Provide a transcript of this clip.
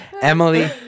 Emily